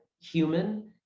human